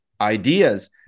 ideas